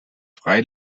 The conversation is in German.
frei